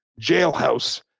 jailhouse